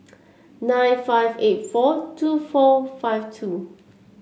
nine five eight four two four five two